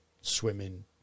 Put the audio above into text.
swimming